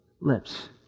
lips